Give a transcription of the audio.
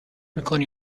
میکنی